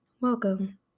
Welcome